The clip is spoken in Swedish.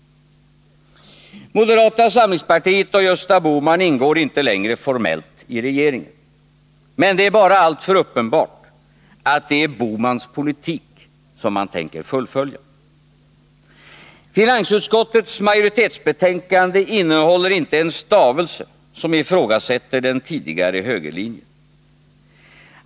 Moderata samlingspartiet och Gösta Bohman ingår inte längre formellt i regeringen. Men det är bara alltför uppenbart att det är Gösta Bohmans politik som man tänker fullfölja. Finansutskottets majoritetsbetänkande innehåller inte en stavelse som ifrågasätter den tidigare högerlinjen.